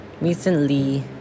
recently